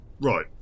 Right